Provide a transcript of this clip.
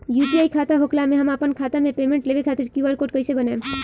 UPI खाता होखला मे हम आपन खाता मे पेमेंट लेवे खातिर क्यू.आर कोड कइसे बनाएम?